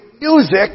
music